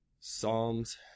Psalms